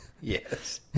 yes